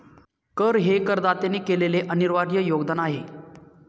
कर हे करदात्याने केलेले अनिर्वाय योगदान आहे